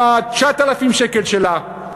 עם 9,000 השקל שלה,